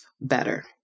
better